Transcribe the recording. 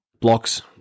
blocks